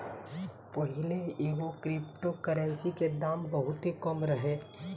पाहिले एगो crypto currency के दाम बहुते कम रहे